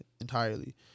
entirely